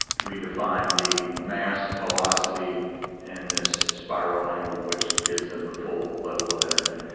we define the mass velocity in this spiral angle which gives them the full level of energy.